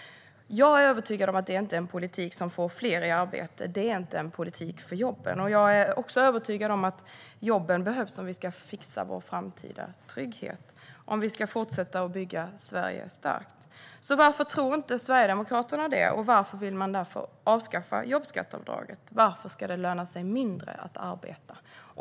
Jag är övertygad om att detta inte är en politik som får fler i arbete. Detta är inte en politik för jobben. Jag är också övertygad om att jobben behövs om vi ska fixa vår framtida trygghet - om vi ska fortsätta att bygga Sverige starkt. Varför tror då inte Sverigedemokraterna detta? Varför vill man avskaffa jobbskatteavdraget? Varför ska det löna sig mindre att arbeta?